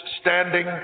standing